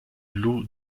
lou